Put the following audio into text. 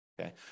okay